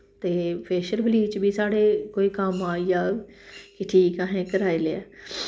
ते facial bleach बी साढ़े कोई कम्म आई जाह्ग ठीक ऐ असें कराई लेआ